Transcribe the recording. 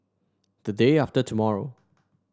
the day after tomorrow